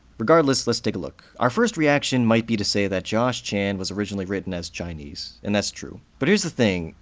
regardless, let's take a look. our first reaction might be to say that josh chan was originally written as chinese, and that's true. but here's the thing,